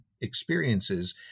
experiences